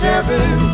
Seven